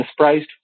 mispriced